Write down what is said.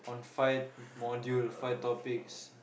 five module five topics